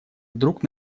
вдруг